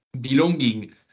belonging